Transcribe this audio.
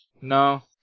No